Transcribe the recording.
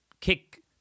kick